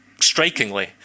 strikingly